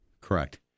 Correct